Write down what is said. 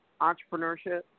entrepreneurship